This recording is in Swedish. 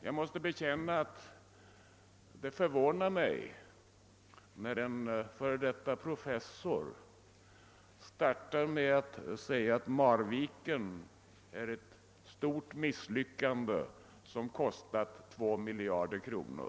Jag måste bekänna att det förvånar mig, när en f.d. professor börjar med att säga att Marviken är ett stort misslyckande som kostat 2 miljarder kronor.